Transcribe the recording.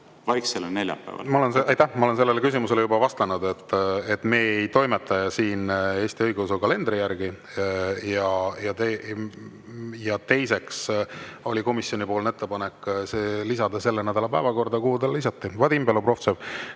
Ma olen sellele küsimusele juba vastanud. Me ei toimeta siin Eesti õigeusu kalendri järgi. Teiseks oli komisjoni ettepanek lisada see selle nädala päevakorda, kuhu see ka lisati. Vadim Belobrovtsev,